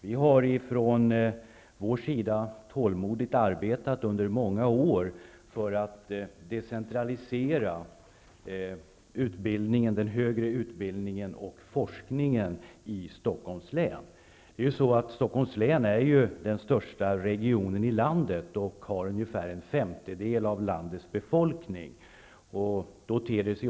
Vi har från vår sida tålmodigt arbetat under många år för att decentralisera den högre utbildningen och forskningen i Stockholms län. Stockholms län är den största regionen i landet och har ungefär en femtedel av landets befolkning.